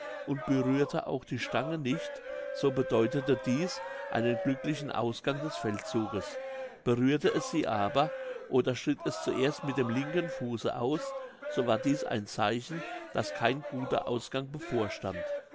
und berührte auch die stangen nicht so bedeutete dieß einen glücklichen ausgang des feldzuges berührte es sie aber oder schritt es zuerst mit dem linken fuße aus so war dieß ein zeichen daß kein guter ausgang bevorstand